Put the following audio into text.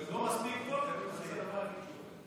לא מספיק טוב, אבל זה הדבר היחידי שעובד.